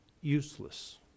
Useless